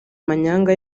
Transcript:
manyanga